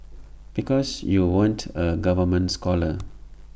because you weren't A government scholar